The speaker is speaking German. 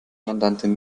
mandantin